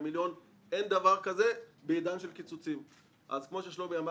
מיליון אין דבר כזה בעידן של קיצוצים אז כמו ששלומי אמר